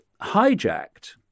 hijacked